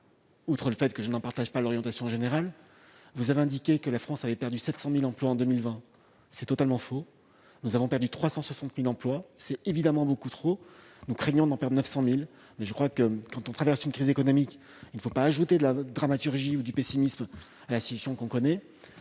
outre le fait que je n'en partage pas l'orientation générale. D'une part, vous avez indiqué que la France avait perdu 700 000 emplois en 2020. C'est totalement faux : nous avons perdu 360 000 emplois, ce qui est évidemment beaucoup trop. Nous craignions d'en perdre 900 000. Quand on traverse une crise économique, il ne faut pas dramatiser ou ajouter du pessimisme à la situation que l'on connaît.